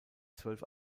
zwölf